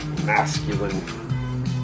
masculine